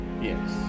Yes